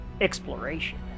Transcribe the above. Exploration